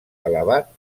elevat